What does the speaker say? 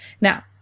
Now